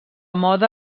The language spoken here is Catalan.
moda